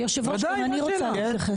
היושב ראש, גם אני רוצה להתייחס.